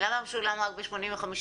למה משולם רק ב-85%?